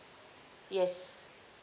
yes